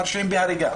מרשיעים בהריגה